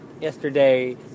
yesterday